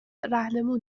رهنمون